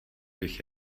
bych